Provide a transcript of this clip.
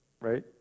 right